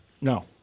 No